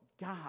God